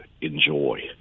enjoy